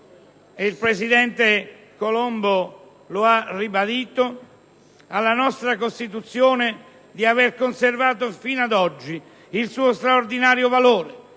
il presidente Colombo lo ha ribadito - alla nostra Costituzione di avere conservato fino ad oggi il suo straordinario valore,